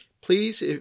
Please